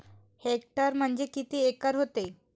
Hectare म्हणजे किती acre व्हते?